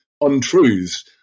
untruths